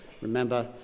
remember